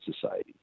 society